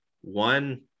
one